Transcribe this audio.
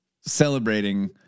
celebrating